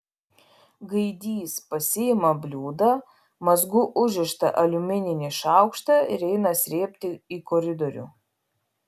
gaidys pasiima bliūdą mazgu užrištą aliumininį šaukštą ir eina srėbti į koridorių